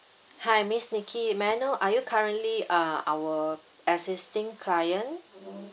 hi miss nicky may I know are you currently uh our existing client